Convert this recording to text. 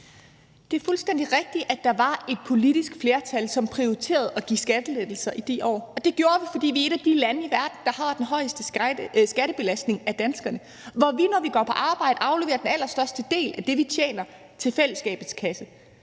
Det er fuldstændig rigtigt, at der var et politisk flertal, som prioriterede at give skattelettelser i de år. Det gjorde vi, fordi vi er et af de lande i verden, der har den højeste skattebelastning af borgerne; hvor vi, når vi går på arbejde, afleverer den allerstørste del af det, vi tjener, til fællesskabets kasse.